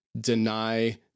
deny